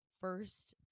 first